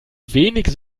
wenig